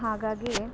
ಹಾಗಾಗಿ